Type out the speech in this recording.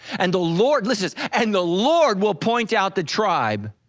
and the lord listens and the lord will point out the tribe,